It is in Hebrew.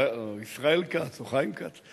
או ישראל כץ או חיים כץ.